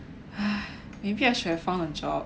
maybe I should have found a job